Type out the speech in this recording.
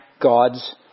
God's